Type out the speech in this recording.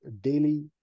daily